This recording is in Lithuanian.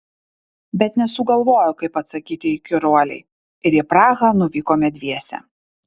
bet nesugalvojau kaip atsakyti įkyruolei ir į prahą nuvykome dviese